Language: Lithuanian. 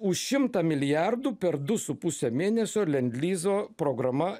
už šimtą milijardų per du su puse mėnesio lendlizo programa